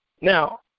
Now